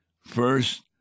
first